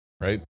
right